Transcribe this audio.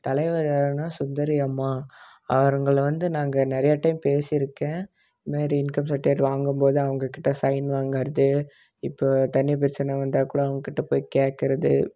தலைவர் யாருன்னால் சுந்தரி அம்மா அவங்களை வந்து நாங்கள் நிறைய டைம் பேசியிருக்கேன் இந்த மாதிரி இன்கம் சர்ட்டிஃபிகேட் வாங்கும் போது அவங்கள்கிட்ட சைன் வாங்குறது இப்போ தண்ணி பிரச்சனை வந்தால் கூட அவங்கள்கிட்டபோய் கேட்கறது